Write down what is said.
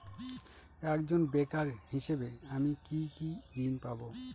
একজন বেকার হিসেবে আমি কি কি ঋণ পাব?